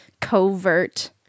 covert